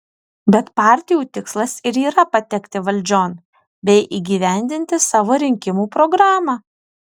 bet partijų tikslas ir yra patekti valdžion bei įgyvendinti savo rinkimų programą